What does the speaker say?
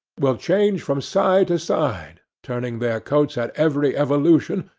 will change from side to side, turning their coats at every evolution,